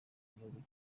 gihugu